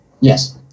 Yes